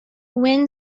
wind